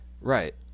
Right